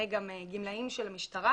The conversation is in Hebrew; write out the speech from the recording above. אם נגיד אתה מבטל לו את הצ'ק,